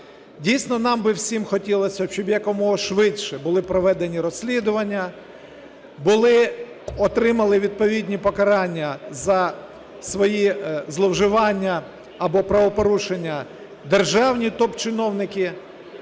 Дійсно, нам би всім хотілося, щоб якомога швидше були проведені розслідування, отримали відповідні покарання за свої зловживання або правопорушення державні топ-чиновники.